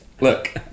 Look